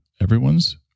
Everyone's